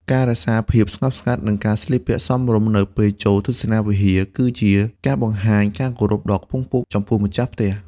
ការរក្សាភាពស្ងប់ស្ងាត់ និងការស្លៀកពាក់សមរម្យនៅពេលចូលទស្សនាវិហារ គឺជាការបង្ហាញការគោរពដ៏ខ្ពង់ខ្ពស់ចំពោះម្ចាស់ផ្ទះ។